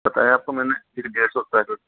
बताया आपको मैंने करीब डेढ़ सौ स्क्वायर फीट है